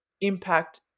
impact